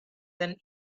than